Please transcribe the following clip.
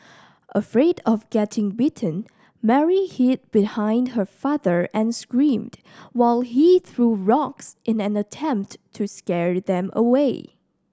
afraid of getting bitten Mary hid behind her father and screamed while he threw rocks in an attempt to scare them away